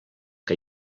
que